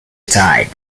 tide